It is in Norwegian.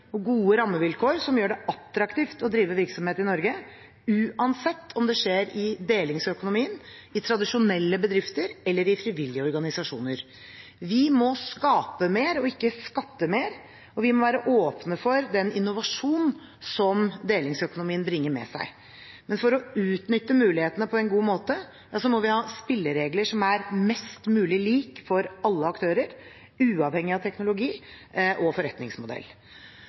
og gode rammevilkår som gjør det attraktivt å drive virksomhet i Norge, uansett om det skjer i delingsøkonomien, i tradisjonelle bedrifter eller i frivillige organisasjoner. Vi må skape mer og ikke skatte mer, og vi må være åpne for den innovasjon som delingsøkonomien bringer med seg. Men for å utnytte mulighetene på en god måte må vi ha spilleregler som er mest mulig like for alle aktører, uavhengig av teknologi og forretningsmodell.